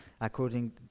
According